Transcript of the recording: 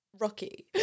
rocky